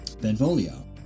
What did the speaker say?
Benvolio